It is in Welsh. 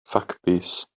ffacbys